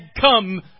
come